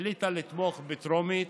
החליטה לתמוך בה בטרומית,